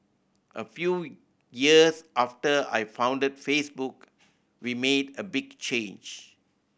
a few years after I founded Facebook we made a big change